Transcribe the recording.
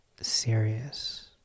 serious